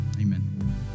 amen